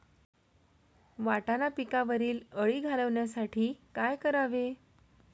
वाटाणा पिकावरील अळी घालवण्यासाठी काय करावे?